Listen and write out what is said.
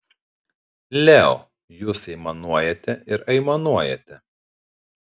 leo jūs aimanuojate ir aimanuojate